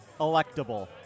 Electable